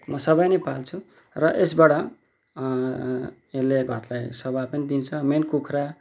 म सबै नै पाल्छु र यसबाट यसले घरलाई शोभा पनि दिन्छ मेन कुखुरा